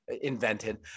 invented